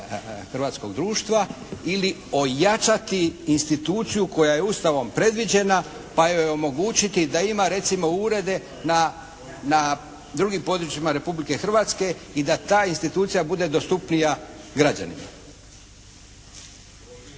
hrvatskog društva ili ojačati instituciju koja je Ustavom predviđena, pa joj omogućiti da recimo ima urede na drugim područjima Republike Hrvatske i da ta institucija bude dostupnija građanima.